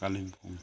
Kalimpong